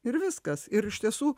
ir viskas ir iš tiesų